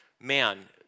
man